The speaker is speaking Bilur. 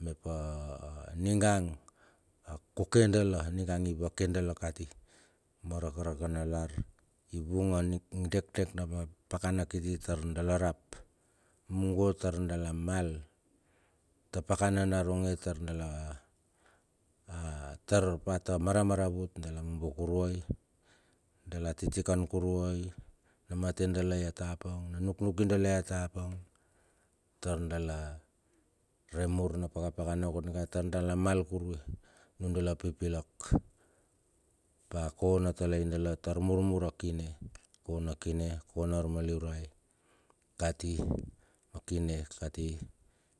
mep aninga akoke dala ninga i vake dala kati ma rakarakanalar iwung adekdek na pakana kiti tar dala rap mungo mungo tar dala mal ta pakana naronge tar dala tar pa ta maramaravut dela mombo kuruai dala titikan kuruai na mate dala ya tapang na nuknuki dua ya tapang tar dala re mur na pakapana konduika tar dala mar kurue nundalal na pipilak pa kona talai dala tar murmur akine akona kine akona armaliurai kati akine kati.